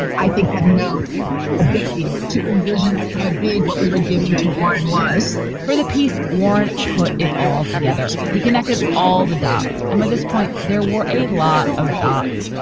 i think, had no ability to envision a big what we were giving to warren was for the piece warren put it all together. he connected all the dots. and at this point, there were a lot of dots.